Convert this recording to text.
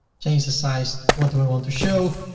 change the size, what do i want to show.